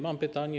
Mam pytanie.